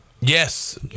yes